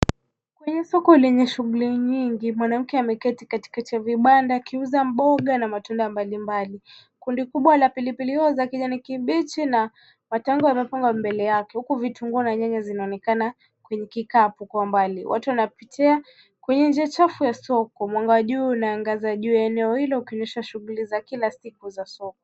Kwenye soko lenye shughuli nyingi, mwanamke ameketi katikati ya vibanda akiuza mboga na matunda mbalimbali, kundi kubwa la pilipili hoho za kijani kibichi na matango yamefungwa mbele yake, huku vitunguu na nyanya zinaonekana kwenye kikapu kwa mbali, watu wanapitia kwenye njia chafu ya soko, mwanga wa juu unaangaza juu ya eneo hili ukionyesha shughuli za kila siku za soko.